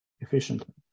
efficiently